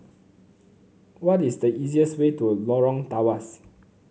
what is the easiest way to Lorong Tawas